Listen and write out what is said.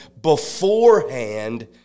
beforehand